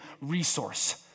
resource